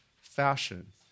fashion